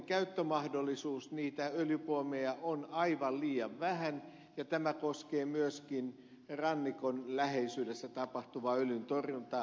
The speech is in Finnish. niitä öljypuomeja on aivan liian vähän ja tämä koskee myöskin rannikon läheisyydessä tapahtuvaa öljyntorjuntaa